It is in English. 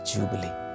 Jubilee